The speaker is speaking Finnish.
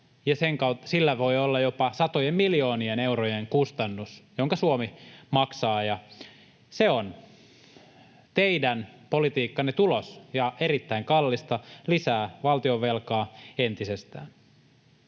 sillä voi olla jopa satojen miljoonien eurojen kustannus, jonka Suomi maksaa. Se on teidän politiikkanne tulos ja erittäin kallista: lisää valtionvelkaa entisestään.